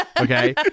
Okay